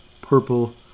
purple